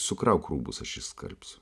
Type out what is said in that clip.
sukrauk rūbus aš išskalbsiu